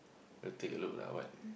take a look lah what